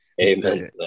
amen